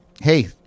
hey